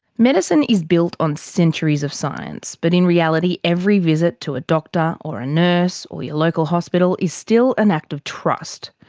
medicine is built on centuries of science, but in reality, every visit to a doctor or a nurse, or your local hospital, is still an act of trust.